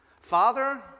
Father